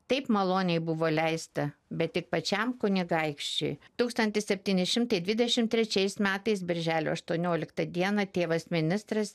taip maloniai buvo leista bet tik pačiam kunigaikščiui tūkstantis septyni šimtai dvidešim trečiais metais birželio aštuonioliktą dieną tėvas ministras